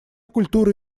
культура